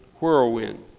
whirlwind